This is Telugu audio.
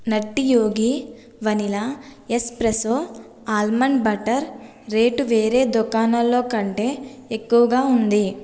nutty Yogi vanilla espresso almond butter rate వేరే దుకాణాల్లో కంటే ఎక్కువగా ఉంది